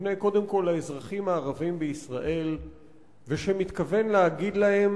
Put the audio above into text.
שמופנה קודם כול אל האזרחים הערבים בישראל ושמתכוון להגיד להם: